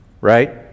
right